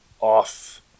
off